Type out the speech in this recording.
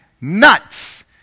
nuts